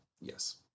yes